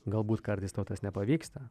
galbūt kartais tau tas nepavyksta